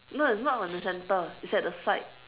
no it's not at the center it's at the side